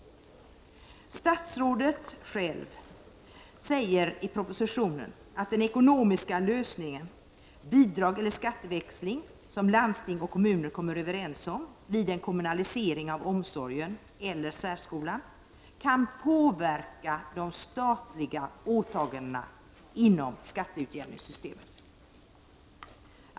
Statsrådet själv skriver i propositionen att den ekonomiska lösningen, bidrag eller skatteväxling, som landsting och kommuner kommer överens om vid en kommunalisering av omsorgen eller särskolan kan påverka de statliga åtagandena inom skatteutjämningssystemet.